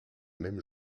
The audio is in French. même